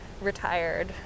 retired